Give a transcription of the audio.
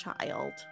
child